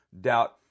doubt